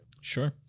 Sure